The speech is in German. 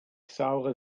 saure